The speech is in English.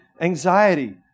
anxiety